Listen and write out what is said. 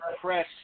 press